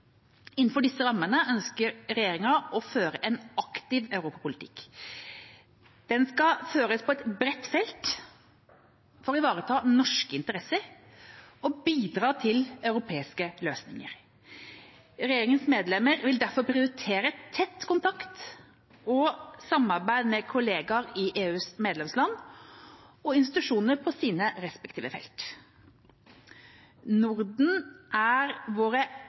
Innenfor disse rammene ønsker regjeringen å føre en aktiv europapolitikk. Den skal føres på et bredt felt for å ivareta norske interesser og bidra til europeiske løsninger. Regjeringas medlemmer vil derfor prioritere tett kontakt og samarbeid med kollegaer i EUs medlemsland og institusjoner på sine respektive felt. Norden er våre